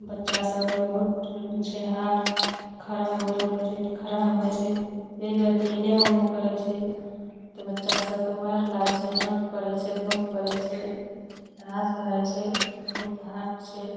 बच्चा सबके बहुत ट्रेनिंग छै हार्ड खड़ा हुबय लए कहै छै तऽ खड़ा होइ छै एक रति इने उने करै छै तऽ बच्चा सबके मारि लागै छै डाँट पड़ै छै धोक पड़ै छै हाथ भऽ जाइ छै बहुत हार्ड छै